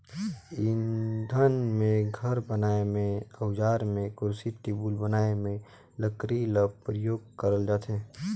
इंधन में, घर बनाए में, अउजार में, कुरसी टेबुल बनाए में लकरी ल परियोग करल जाथे